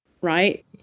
right